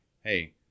hey